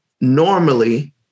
normally